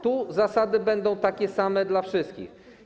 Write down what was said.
Tu zasady będą takie same dla wszystkich.